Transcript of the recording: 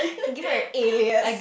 can give me an alias